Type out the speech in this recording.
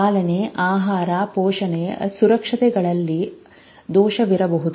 ಪಾಲನೆ ಆಹಾರ ಪೋಷಣೆ ಸುರಕ್ಷತೆಗಳಲ್ಲಿ ದೋಷವಿರಬಹುದು